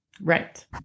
Right